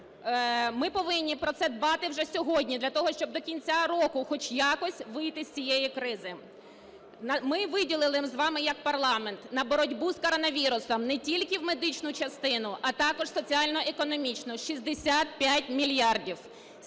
ми повинні про це дбати вже сьогодні для того, щоб до кінця року хоч якось вийти з цієї кризи. Ми виділили з вами як парламент на боротьбу з коронавірусом не тільки в медичну частину, а також в соціально-економічну 65 мільярдів.